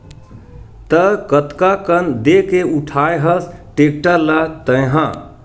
त कतका कन देके उठाय हस टेक्टर ल तैय हा?